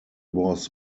was